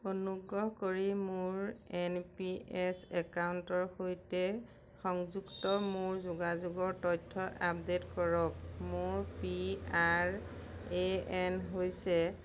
অনুগ্ৰহ কৰি মোৰ এন পি এছ একাউণ্টৰ সৈতে সংযুক্ত মোৰ যোগাযোগৰ তথ্য আপডেট কৰক মোৰ পি আৰ এ এন হৈছে